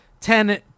ten